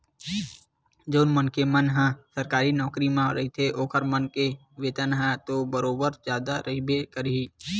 जउन मनखे मन ह सरकारी नौकरी म रहिथे ओखर मन के वेतन ह तो बरोबर जादा रहिबे करही